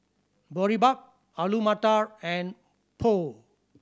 Boribap Alu Matar and Pho